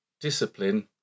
Discipline